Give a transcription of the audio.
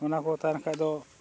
ᱚᱱᱟ ᱠᱚ ᱛᱟᱦᱮᱱ ᱠᱷᱟᱱ ᱫᱚ